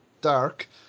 dark